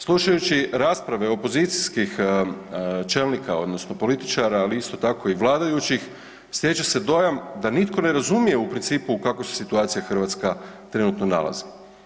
Slušajući rasprave opozicijskih čelnika odnosno političara, ali isto tako i vladajućih, stječe se dojam da nitko ne razumije u principu u kakvoj se situaciji Hrvatska trenutno nalazi.